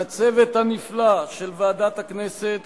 לצוות הנפלא של ועדת הכנסת